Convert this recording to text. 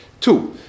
Two